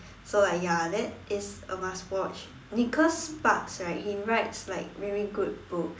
so like ya that is a must watch Nicholas Sparks right he writes like really good books